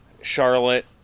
Charlotte